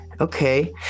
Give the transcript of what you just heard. okay